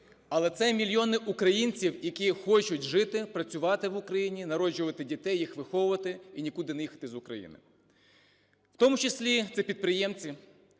Але це мільйони українців, які хочуть жити, працювати в Україні, народжувати дітей, їх виховувати і нікуди не їхати з України. В тому числі це підприємці,